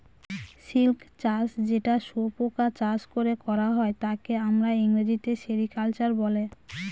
silk চাষ যেটা শুয়োপোকা চাষ করে করা হয় তাকে আমরা ইংরেজিতে সেরিকালচার বলে